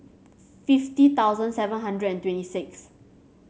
fifty thousand seven hundred and twenty six